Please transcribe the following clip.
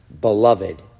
beloved